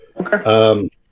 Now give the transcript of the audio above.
Okay